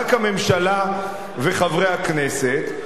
רק הממשלה וחברי הכנסת,